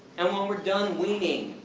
and when we're done weaning,